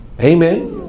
Amen